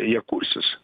jie kursis